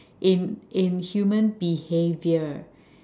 in in human behaviour